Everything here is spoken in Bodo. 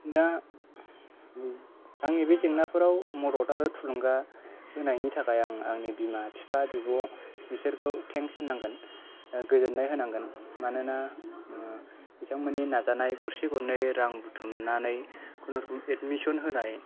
दा आंनि बे जेंनाफोराव मदद आरो थुलुंगा होनायनि थाखाय आं आंनि बिमा बिफा बिब' बिसोरखौ थेंक्स होनांगोन गोजोननाय होनांगोन मानोना बिथांमोननि नाजानाय गरसे गरनै रां बुथुमनानै खुनुरुखुम एडमिशन होनाय